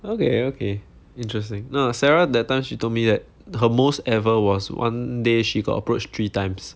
okay okay interesting no lah sarah that time she told me that her most ever was one day she got approached three times